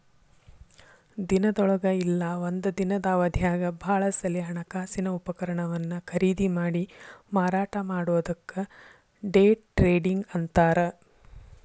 ದಿನದೊಳಗ ಇಲ್ಲಾ ಒಂದ ದಿನದ್ ಅವಧ್ಯಾಗ್ ಭಾಳ ಸಲೆ ಹಣಕಾಸಿನ ಉಪಕರಣವನ್ನ ಖರೇದಿಮಾಡಿ ಮಾರಾಟ ಮಾಡೊದಕ್ಕ ಡೆ ಟ್ರೇಡಿಂಗ್ ಅಂತಾರ್